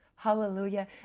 Hallelujah